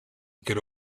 could